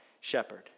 shepherd